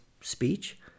speech